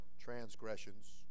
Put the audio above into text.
transgressions